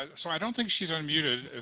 ah so i don't think she's unmuted.